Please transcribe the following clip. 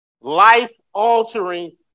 Life-altering